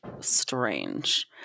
strange